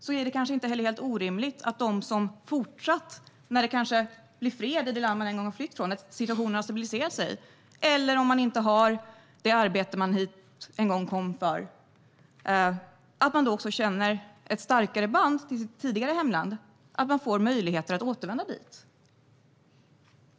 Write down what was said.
Då är det kanske inte helt orimligt att man, om det blir fred i det land man en gång flydde från och situationen stabiliserar sig, eller om man inte har kvar det arbete man en gång kom hit för, känner ett starkare band till sitt tidigare hemland och då får möjlighet att återvända dit.